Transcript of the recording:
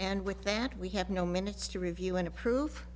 and with that we have no minutes to review and approve